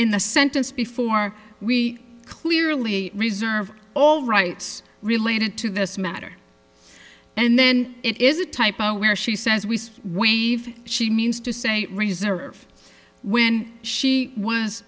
in the sentence before we clearly reserve all rights related to this matter and then it is a typo where she says we wave she means to say reserve when she was